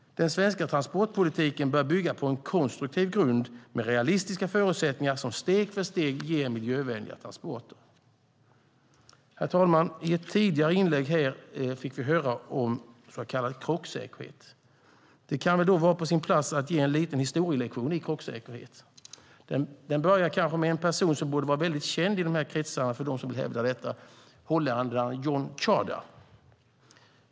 Den svenska transportpolitiken bör bygga på en konstruktiv grund med realistiska förutsättningar som steg för steg ger miljövänliga transporter. Herr talman! I ett tidigare inlägg fick vi höra om så kallad krocksäkerhet. Det kan vara på sin plats att ge en liten historielektion i krocksäkerhet. Den börjar med en person som kanske borde vara väldigt känd i dessa kretsar, för dem som hävdar detta, nämligen holländaren John Tjaarda.